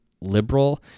liberal